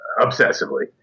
obsessively